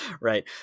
Right